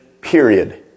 period